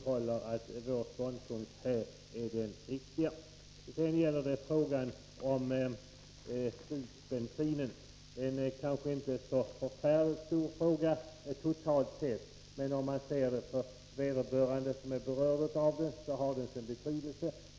Jag vidhåller att vår ståndpunkt är den riktiga. Sedan till frågan om flygbensin. Det kanske inte är en så förfärligt stor fråga, totalt sett, men för den som är berörd har den sin betydelse.